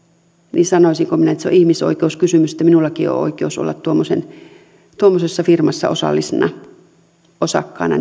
niin sanoisinko minä että se on ihmisoikeuskysymys että minullakin on oikeus olla tuommoisessa tuommoisessa firmassa osakkaana